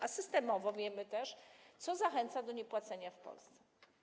A systemowo, wiemy też, co zachęca do niepłacenia w Polsce.